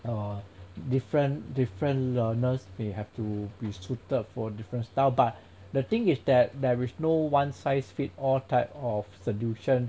err different different learners may have to be suited for different style but the thing is that there is no one size fit all type of solution